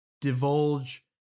divulge